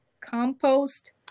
compost